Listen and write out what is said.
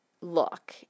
look